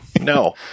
no